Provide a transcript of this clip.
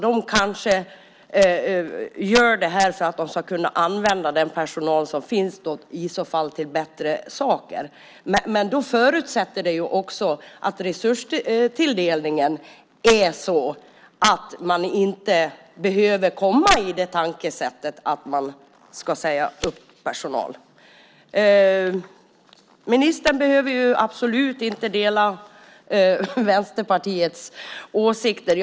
De kanske gör det här för att de ska kunna använda den personal som finns till bättre saker. Men det förutsätter också att resurstilldelningen är sådan att man inte behöver komma i tankesättet att man ska säga upp personal. Ministern behöver absolut inte dela Vänsterpartiets åsikter.